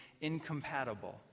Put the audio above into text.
incompatible